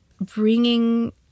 bringing